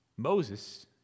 Moses